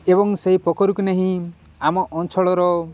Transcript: ଏବଂ ସେହି ପୋଖରୀକୁ ନେଇ ଆମ ଅଞ୍ଚଳର